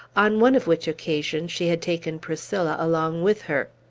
on one of which occasions she had taken priscilla along with her.